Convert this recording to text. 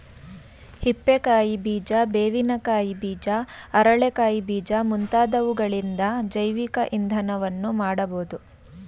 ಹಿಪ್ಪೆ ಕಾಯಿ ಬೀಜ, ಬೇವಿನ ಕಾಯಿ ಬೀಜ, ಅರಳೆ ಕಾಯಿ ಬೀಜ ಮುಂತಾದವುಗಳಿಂದ ಜೈವಿಕ ಇಂಧನವನ್ನು ಮಾಡಬೋದು